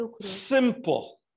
simple